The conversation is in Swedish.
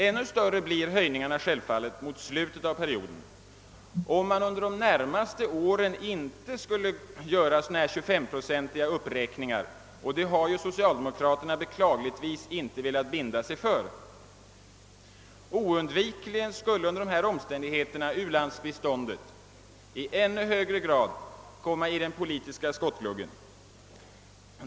Ännu större blir höjningarna självfallet mot slutet av perioden, om man under de närmaste åren inte skulle göra 25-procentiga uppräkningar, och det har ju socialdemokraterna beklagligtvis inte velat binda sig för. Oundvikligen skulle under dessa omständigheter ulandsbiståndet i ännu högre grad komma i den politiska skottgluggen.